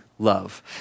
Love